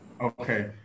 Okay